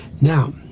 Now